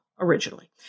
originally